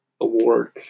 award